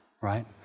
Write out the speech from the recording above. right